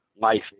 life